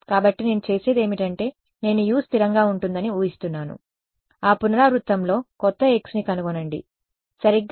కాబట్టి నేను చేసేది ఏమిటంటే నేను U స్థిరంగా ఉంటుందని ఊహిస్తున్నాను ఆ పునరావృతంలో కొత్త xని కనుగొనండి సరిగ్గా